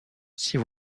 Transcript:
ces